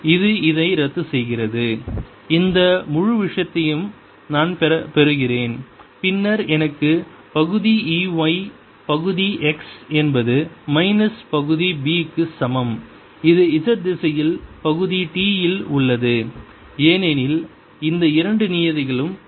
இது இதை ரத்துசெய்கிறது இந்த முழு விஷயத்தையும் நான் பெறுகிறேன் பின்னர் எனக்கு பகுதி E y பகுதி x என்பது மைனஸ் பகுதி B க்கு சமம் இது z திசையில் பகுதி t இல் உள்ளது ஏனெனில் இந்த இரண்டு நியதிகளும் ரத்து செய்யப்படுகின்றன